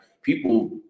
people